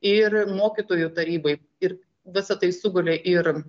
ir mokytojų taryboj ir visa tai sugulė ir